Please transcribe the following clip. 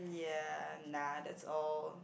ya nah that's all